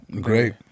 great